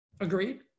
Agreed